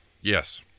Yes